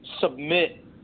submit